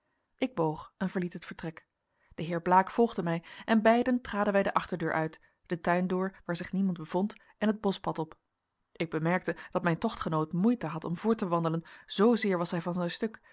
ik boog en verliet het vertrek de heer blaek volgde mij en beiden traden wij de achterdeur uit den tuin door waar zich niemand bevond en het boschpad op ik bemerkte dat mijn tochtgenoot moeite had om voort te wandelen zoozeer was hij van zijn stuk